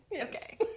Okay